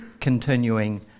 continuing